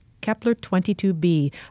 Kepler-22b